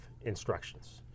instructions